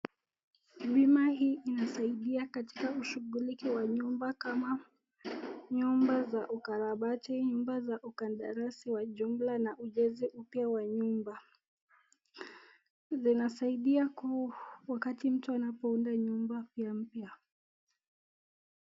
Bima hii inasaidia katika ushughuliki wa nyumba kama nyumba za ukarabati, nyumba za ukandarasi wa jumla na ujenzi mpya wa nyumba, zinasaidia wakati mtu anapounda nyumba vya mpya.